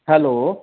hello